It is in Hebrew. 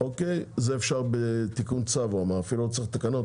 זה אפשר בתיקון צו ואפילו לא צריך תקנות.